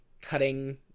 cutting